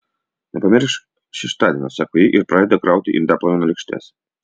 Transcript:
nepamiršk šeštadienio sako ji ir pradeda krauti indaplovėn lėkštes